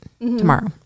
tomorrow